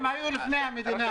הם היו לפני המדינה.